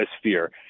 atmosphere